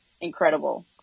incredible